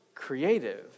creative